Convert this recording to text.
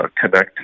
connect